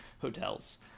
hotels